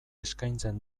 eskaintzen